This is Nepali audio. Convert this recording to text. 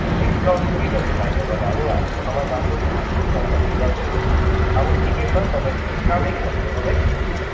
डिस्काउन्ट के भन्नु भाइ तपाईँलाई अब हामी त सामान राम्रो दिन्छौँ डिस्काउन्ट त हामी गर्दैनौँ अब ठिकै छ तपाईँ लिने कहाँदेखि भन्नुभयो तपाईँ